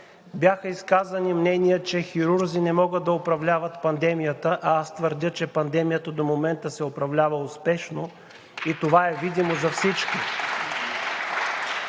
Бяха изказани мнения, че хирурзи не могат да управляват пандемията, а аз твърдя, че пандемията до момента се управлява успешно. (Ръкопляскания